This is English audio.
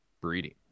breeding